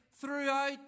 throughout